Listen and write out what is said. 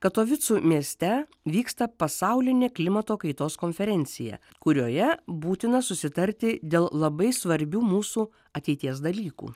katovicų mieste vyksta pasaulinė klimato kaitos konferencija kurioje būtina susitarti dėl labai svarbių mūsų ateities dalykų